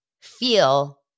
feel